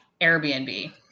Airbnb